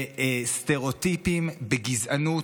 סטריאוטיפים, גזענות,